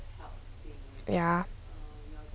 ya